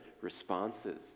responses